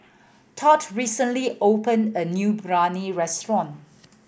Tod recently opened a new Biryani restaurant